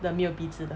the 没有鼻子的